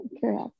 Correct